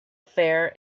fair